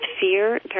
fear